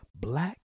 black